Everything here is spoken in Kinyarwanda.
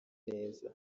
neza